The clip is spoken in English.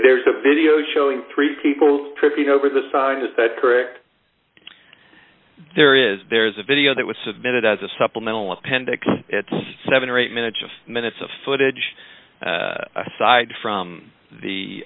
there's a video showing three people over the side is that correct there is there is a video that was submitted as a supplemental appendix it's seven or eight minutes of minutes of footage aside from the